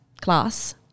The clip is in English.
class